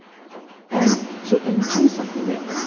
and so can we change something here?